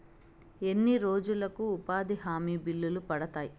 ఎన్ని రోజులకు ఉపాధి హామీ బిల్లులు పడతాయి?